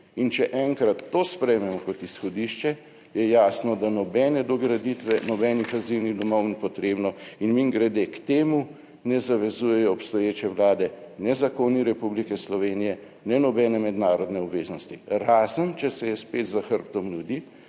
In če enkrat to sprejmemo kot izhodišče, je jasno, da nobene dograditve nobenih azilnih domov ni potrebno in mimogrede, k temu ne zavezujejo obstoječe vlade, ne zakoni Republike Slovenije, ne nobene mednarodne obveznosti, razen če se je spet za hrbtom ljudi